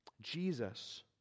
Jesus